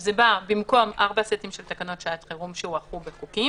זה בא במקום ארבעה סטים של תקנות שעת חירום שהוארכו בחוקים.